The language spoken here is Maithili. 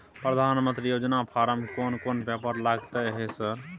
प्रधानमंत्री योजना फारम कोन कोन पेपर लगतै है सर?